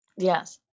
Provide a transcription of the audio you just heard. yes